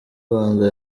rwanda